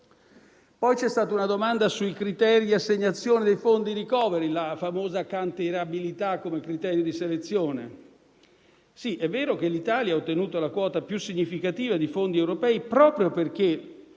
C'è stata poi una domanda sui criteri di assegnazione dei fondi *recovery*, la famosa cantierabilità come criterio di selezione. Sì, è vero che l'Italia ha ottenuto la quota più significativa di fondi europei proprio perché